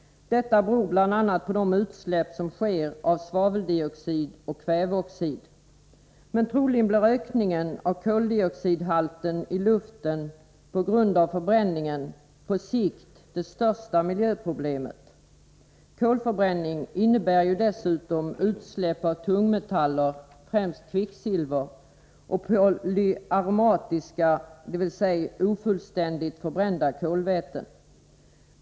Detta beror bl.a. på de utsläpp av svaveldioxid och kväveoxid som sker. Men troligen blir ökningen av koldioxidhalten i luften på grund av förbränningen på sikt det största miljöproblemet. Kolförbränning innebär ju dessutom utsläpp av tungmetaller, främst kvicksilver och polyaromatiska — dvs. ofullständigt förbrända — kolväten.